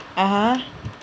(uh huh)